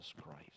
Christ